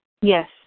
Yes